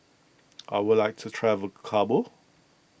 I would like to travel to Kabul